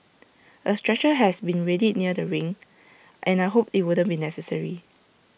A stretcher has been readied near the ring and I hoped IT wouldn't be necessary